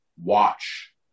Watch